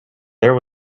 there